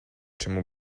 czemu